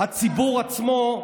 הציבור עצמו,